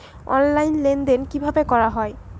Online লেনদেন কিভাবে করা হয়?